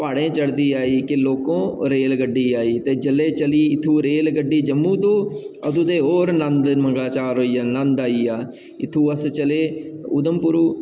प्हाड़े चढ़दी आई किलो घो ते जेल्लै चली इत्थूं रेल गड्डी जम्मू तूं असें ते हेर नंद मगलाचार होइ जा इत्थूं अस चले